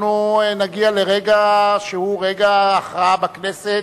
אנחנו נגיע לרגע שהוא רגע הכרעה בכנסת,